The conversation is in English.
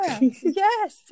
Yes